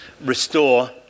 restore